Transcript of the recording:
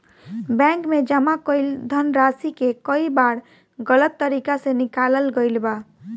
bank में जमा कईल धनराशि के कई बार गलत तरीका से निकालल गईल बा